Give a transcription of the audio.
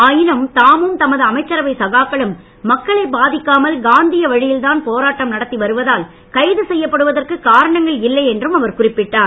ஆயினும் தாமும் தமது அமைச்சரவை சகாக்களும் மக்களை பாதிக்காமல் காந்திய வழியில் தான் போராட்டம் நடத்தி வருவதால் கைது செய்யப்படுவதற்கு காரணங்கள் இல்லை என்றும் அவர் குறிப்பிட்டார்